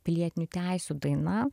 pilietinių teisių daina